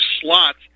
slots